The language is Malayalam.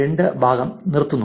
2 ഭാഗം നിർത്തുന്നു